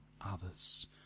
others